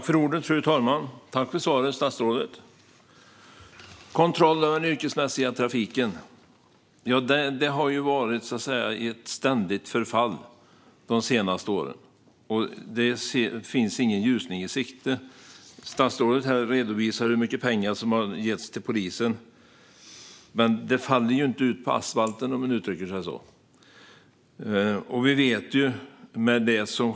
Fru talman! Jag tackar statsrådet för svaret. Kontrollen av den yrkesmässiga trafiken har varit i ett ständigt förfall de senaste åren, och det finns ingen ljusning i sikte. Statsrådet redovisar hur mycket pengar som har getts till polisen, men de faller ju inte ut på asfalten, om man nu ska uttrycka sig så.